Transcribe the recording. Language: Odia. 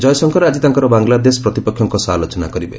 ଜୟଶଙ୍କର ଆଜି ତାଙ୍କର ବାଙ୍ଗଲାଦେଶ ପ୍ରତିପକ୍ଷଙ୍କ ସହ ଆଲୋଚନା କରିବେ